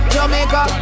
Jamaica